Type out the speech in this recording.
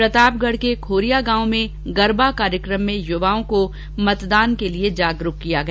प्रतापगढ के खोरिया गांव में गरबा कार्यक्रम में युवाओं को मतदान के प्रति जागरूक किया गया